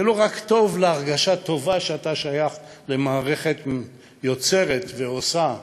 זה לא רק טוב להרגשה טובה שאתה שייך למערכת יוצרת ועושה,